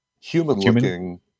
human-looking